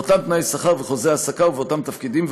באותם תנאי שכר וחוזי העסקה ובאותם תפקידים,